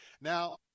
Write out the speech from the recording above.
Now